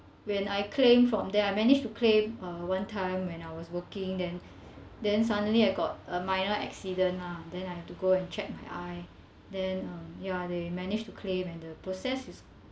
when I claimed from there I managed to claim uh one time when I was working then then suddenly I got a minor accident lah then I have to go and check my eye then um ya they managed to claim and the process is